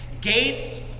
Gates